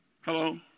Hello